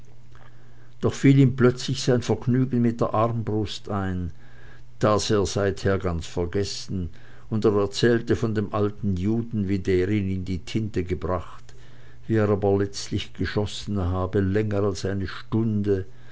doch fiel ihm plötzlich sein vergnügen mit der armbrust ein das er seither ganz vergessen und er erzählte von dem alten juden wie der ihn in die tinte gebracht wie er aber herrlich geschossen habe länger als eine stunde